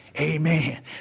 Amen